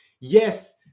yes